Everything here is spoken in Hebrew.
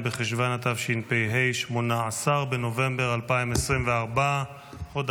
בחשוון התשפ"ה / 18 20 בנובמבר 2024 / 4 חוברת